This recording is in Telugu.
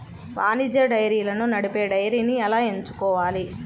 వాణిజ్య డైరీలను నడిపే డైరీని ఎలా ఎంచుకోవాలి?